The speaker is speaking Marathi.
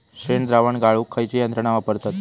शेणद्रावण गाळूक खयची यंत्रणा वापरतत?